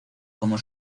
como